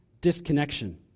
disconnection